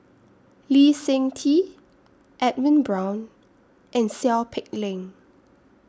Lee Seng Tee Edwin Brown and Seow Peck Leng